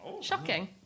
shocking